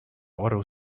auto